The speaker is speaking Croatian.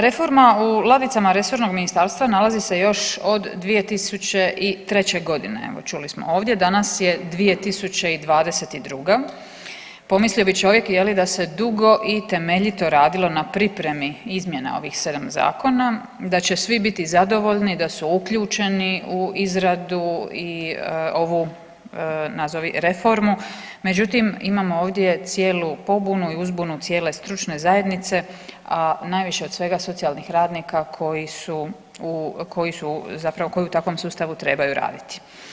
Reforma u ladicama resornog ministarstva nalazi se još od 2003. godine evo čuli smo ovdje, danas je 2022. pomislio bi čovjek da se dugo i temeljito radilo na pripremi izmjena ovih 7 zakona, da će svi biti zadovoljni, da su uključeni u izradu i ovu nazovi reformu međutim imamo ovdje cijelu pobunu i uzbunu cijele stručne zajednice, a najviše od svega socijalnih radnika koji su u, koji su zapravo koji u takvom sustavu trebaju raditi.